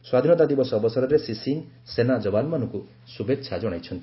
ସ୍ୱାଧୀନତା ଦିବସ ଅବସରରେ ଶ୍ରୀ ସିଂହ ସେନା ଯବାନମାନଙ୍କୁ ଶୁଭେଚ୍ଛା ଜଣାଇଛନ୍ତି